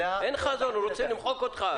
אין חזון, הוא רוצה למחוק אותך.